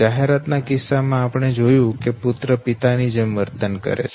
જાહેરાત ના કિસ્સા માં આપણે જોયું કે પુત્ર પિતા ની જેમ વર્તન કરે છે